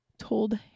Told